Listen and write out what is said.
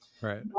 right